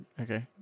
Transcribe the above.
Okay